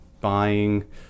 buying